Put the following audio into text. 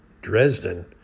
Dresden